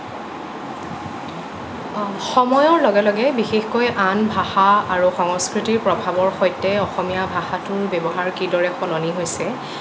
অঁ সময়ৰ লগে লগে বিশেষকৈ আন ভাষা আৰু সংস্কৃতিৰ প্ৰভাৱৰ সৈতে অসমীয়া ভাষাটোৰ ব্যৱহাৰ কিদৰে সলনি হৈছে